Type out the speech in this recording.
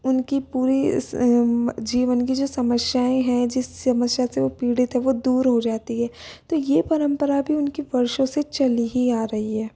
उनकी पूरी जीवन की जो समस्याएँ हैं जिस समस्या से वो पीड़ित है वो दूर हो जाती है तो ये परंपरा भी उनकी वर्षों से चली ही आ रही है